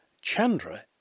Chandra